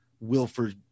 Wilford